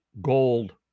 Gold